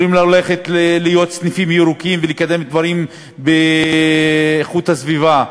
יכולים ללכת להיות "סניפים ירוקים" ולקדם דברים באיכות הסביבה,